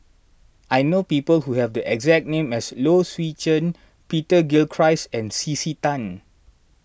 I know people who have the exact name as Low Swee Chen Peter Gilchrist and C C Tan